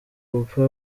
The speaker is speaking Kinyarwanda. cooper